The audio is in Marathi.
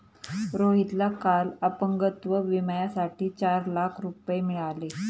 रोहितला काल अपंगत्व विम्यासाठी चार लाख रुपये मिळाले